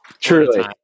Truly